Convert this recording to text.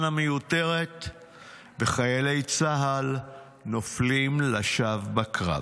המיותרת וחיילי צה"ל נופלים לשווא בקרב.